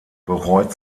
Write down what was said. bereut